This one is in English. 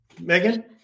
Megan